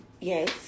Yes